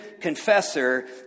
confessor